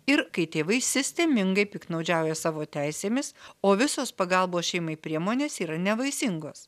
ir kai tėvai sistemingai piktnaudžiauja savo teisėmis o visos pagalbos šeimai priemonės yra nevaisingos